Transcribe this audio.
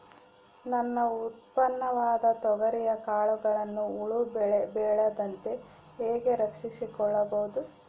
ನನ್ನ ಉತ್ಪನ್ನವಾದ ತೊಗರಿಯ ಕಾಳುಗಳನ್ನು ಹುಳ ಬೇಳದಂತೆ ಹೇಗೆ ರಕ್ಷಿಸಿಕೊಳ್ಳಬಹುದು?